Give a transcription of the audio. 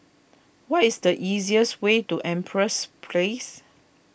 what is the easiest way to Empress Place